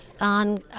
on